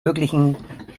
möglichen